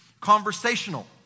Conversational